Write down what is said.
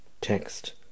Text